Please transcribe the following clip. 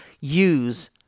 use